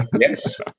yes